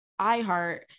iHeart